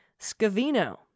scavino